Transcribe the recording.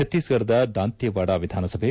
ಭಕ್ತೀಸ್ಗಢದ ದಾಂತೇವಾಡ ವಿಧಾನಸಭೆ